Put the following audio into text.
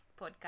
podcast